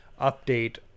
update